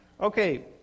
Okay